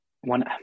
One